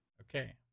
Okay